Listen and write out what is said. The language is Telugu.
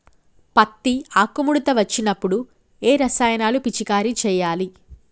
పత్తి ఆకు ముడత వచ్చినప్పుడు ఏ రసాయనాలు పిచికారీ చేయాలి?